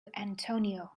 antonio